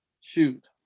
shoot